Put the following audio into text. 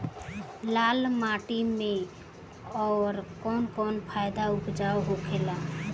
लाल माटी मे आउर कौन कौन फसल उपजाऊ होखे ला?